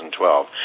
2012